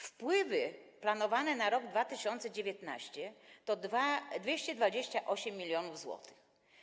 Wpływy planowane na rok 2019 to 228 mln zł.